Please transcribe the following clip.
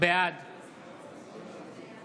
בעד